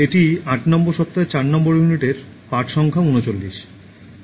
এটি আট নম্বর সপ্তাহের চার নম্বর ইউনিটের পাঠ সংখ্যা 39